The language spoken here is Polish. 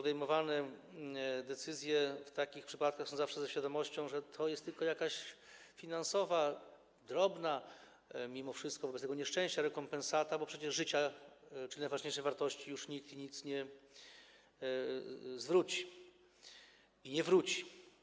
Decyzje w takich przypadkach zawsze są podejmowane ze świadomością, że to jest tylko jakaś drobna finansowa - mimo wszystko, wobec tego nieszczęścia - rekompensata, bo przecież życia, czyli najważniejszej wartości, już nikt i nic nie zwróci i nie wróci.